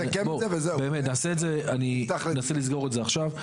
אני אנסה לסגור את זה עכשיו,